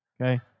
Okay